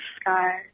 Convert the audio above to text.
Sky